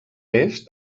est